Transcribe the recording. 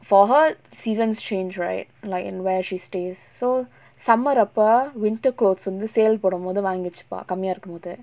for her seasons change right like in where she stays so summer அப்ப:apa winter clothes வந்து:vanthu sale போடு போது வாங்கி வச்சிப்பா கம்மியா இருக்கு போது:podu pothu vaangi vachippaa kammiyaa irukku pothu